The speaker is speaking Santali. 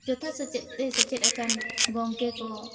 ᱡᱚᱛᱷᱚ ᱥᱮᱪᱮᱫ ᱛᱮ ᱥᱮᱪᱮᱫ ᱟᱠᱟᱱ ᱜᱚᱢᱠᱮ ᱠᱚ